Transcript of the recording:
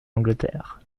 angleterre